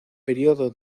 período